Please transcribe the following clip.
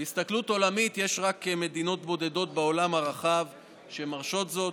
בהסתכלות עולמית יש רק מדינות בודדות בעולם הרחב שמרשות זאת,